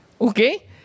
Okay